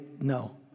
no